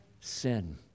sin